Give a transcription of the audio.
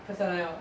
飘下来 hor